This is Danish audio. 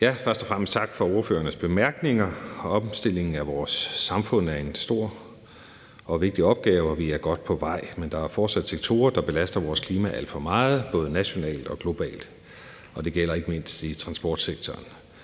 Tak. Først og fremmest tak for ordførernes bemærkninger. Omstillingen af vores samfund er en stor og vigtig opgave, og vi er godt på vej. Men der er fortsat sektorer, der belaster vores klima alt for meget både nationalt og globalt, og det gælder ikke mindst i transportsektoren.